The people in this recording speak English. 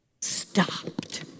stopped